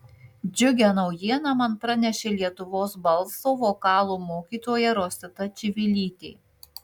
džiugią naujieną man pranešė lietuvos balso vokalo mokytoja rosita čivilytė